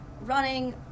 running